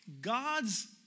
God's